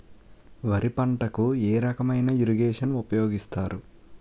వరి పంటకు ఏ రకమైన ఇరగేషన్ ఉపయోగిస్తారు?